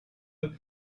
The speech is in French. eux